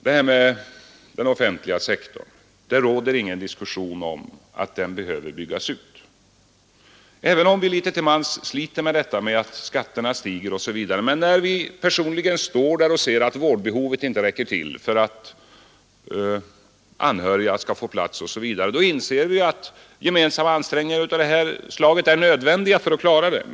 Vad sedan gäller den offentliga sektorn råder det inget tvivel om att den behöver byggas ut, även om vi litet till mans sliter med stigande skatter etc. När vi personligen står där och ser att vårdbehoven inte kan täckas, att anhöriga inte kan få plats på sjukhus t.ex., inser vi att gemensamma ansträngningar av det här slaget är nödvändiga.